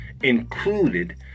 included